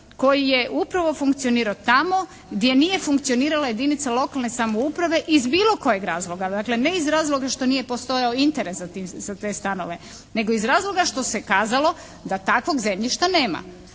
koji je upravo funkcionirao tamo gdje nije funkcionirala jedinica lokalne samouprave iz bilo kojeg razloga. Dakle ne iz razloga što nije postojao interes za te stanove, nego iz razloga što se kazalo da takvog zemljišta nema.